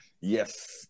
Yes